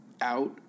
Out